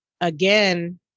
again